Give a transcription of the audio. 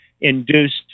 induced